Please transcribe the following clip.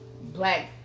Black